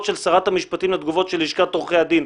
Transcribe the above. של שרת המשפטים לתגובות של לשכת עורכי הדין.